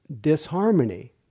disharmony